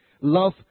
love